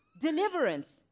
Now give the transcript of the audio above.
deliverance